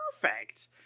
Perfect